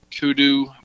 Kudu